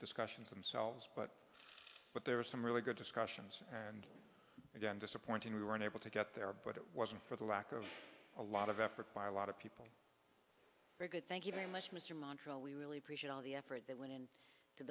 discussions themselves but but there are some really good discussions and again disappointing we were unable to get there but it wasn't for the lack of a lot of effort by a lot of people are good thank you very much mr montra we really appreciate all the effort that went in to